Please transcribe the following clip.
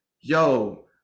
yo